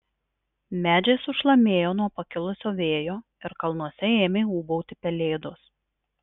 medžiai sušlamėjo nuo pakilusio vėjo ir kalnuose ėmė ūbauti pelėdos